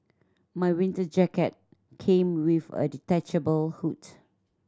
my winter jacket came with a detachable hood